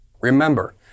Remember